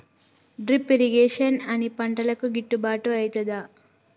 Drip irrigation అన్ని పంటలకు గిట్టుబాటు ఐతదా?